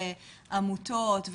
עמותות,